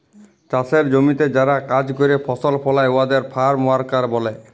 চাষের জমিতে যারা কাজ ক্যরে ফসল ফলায় উয়াদের ফার্ম ওয়ার্কার ব্যলে